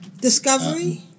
Discovery